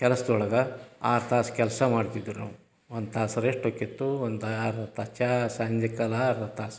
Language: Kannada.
ಕೆಲಸ್ದೊಳಗೆ ಆರು ತಾಸು ಕೆಲಸ ಮಾಡ್ತಿದ್ದರು ನಾವು ಒಂದು ತಾಸು ರೆಸ್ಟ್ ಹೋಕ್ತಿತ್ತು ಒಂದು ಅರ್ಧ ತಾಸು ಚಹಾ ಸಂಜೆಕಲ ಅರ್ಧ ತಾಸು